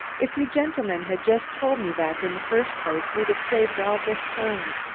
if you gentlemen had just told me that in the first place we'd have saved all this time.